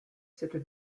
cette